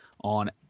on